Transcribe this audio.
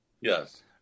Yes